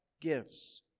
gives